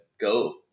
go